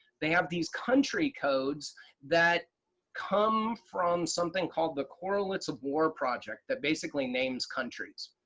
they have these country codes that come from something called the correlates of war project, that basically names countries.